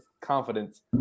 confidence